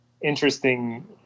interesting